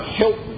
help